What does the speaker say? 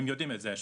הם יודעים את זה.